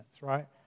right